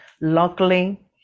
Luckily